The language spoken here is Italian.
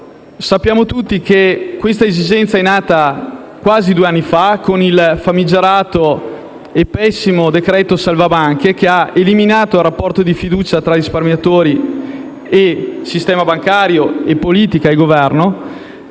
Sappiamo tutti che questa esigenza è nata quasi due anni fa con il famigerato e pessimo provvedimento salva banche, che ha eliminato il rapporto di fiducia tra risparmiatori, sistema bancario, politica e Governo;